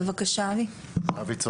בבקשה, אבי.